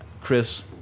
chris